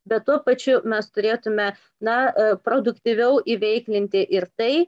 bet tuo pačiu mes turėtume na produktyviau įveiklinti ir tai